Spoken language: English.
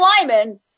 Lyman